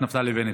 אלי ואורה,